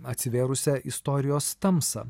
atsivėrusią istorijos tamsą